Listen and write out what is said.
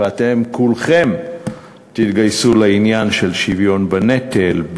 ואתם כולכם תתגייסו לעניין של שוויון בנטל,